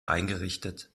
eingerichtet